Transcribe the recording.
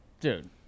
Dude